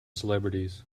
celebrities